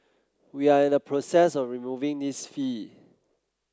we are in the process of removing this fee